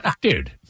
Dude